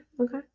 Okay